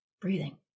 breathing